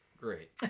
Great